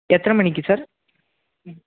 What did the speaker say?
எத்தனை மணிக்கு சார் ம்